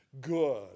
good